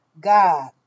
god